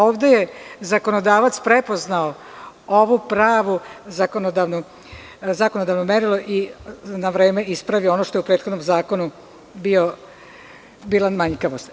Ovde je zakonodavac prepoznao ovo pravo zakonodavno merilo i na vreme ispravi ono što je u prethodnom zakonu bila manjkavost.